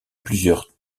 plusieurs